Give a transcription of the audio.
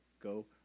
go